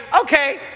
Okay